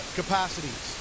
capacities